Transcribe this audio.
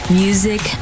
music